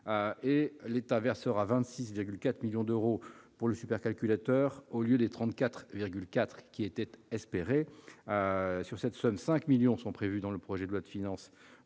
Or l'État ne versera que 26,4 millions d'euros pour ce supercalculateur, au lieu des 34,4 millions espérés. Sur cette somme, 5 millions sont prévus par le projet de loi de finances